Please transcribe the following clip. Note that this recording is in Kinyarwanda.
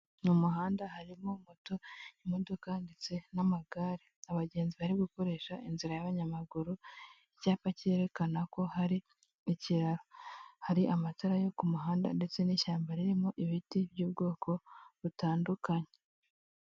Mu muhanda harimo moto, imodoka, ndetse n'amagare abagenzi bari gukoresha inzira y'abanyamaguru icyapa cyerekana ko hari ikiraro, hari amatara yo ku muhanda, ndetse n'ishyamba ririmo ibiti by'ubwoko butandukanye.